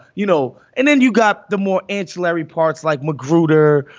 you know, and then you got the more ancillary parts like macgruder,